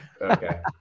Okay